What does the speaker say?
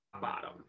bottom